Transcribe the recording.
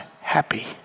happy